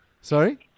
Sorry